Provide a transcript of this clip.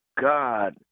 God